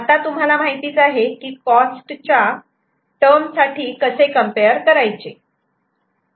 आता तुम्हाला माहितीच आहे की कॉस्ट च्या टर्म साठी कसे कम्पेअर करायचे